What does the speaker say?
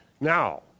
Now